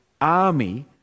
army